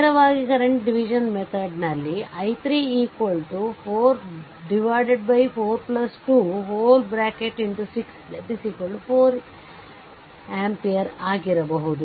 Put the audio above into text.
ನೇರವಾಗಿ current division method ನಲ್ಲಿ i3 4 42 6 4 ampere ಬರೆಯಬಹುದು